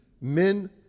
men